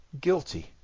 guilty